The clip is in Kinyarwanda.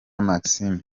maxime